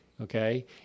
Okay